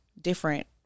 different